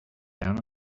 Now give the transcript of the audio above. down